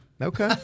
Okay